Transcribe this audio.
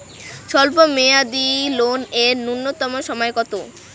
স্বল্প মেয়াদী লোন এর নূন্যতম সময় কতো?